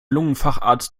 lungenfacharzt